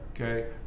Okay